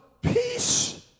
peace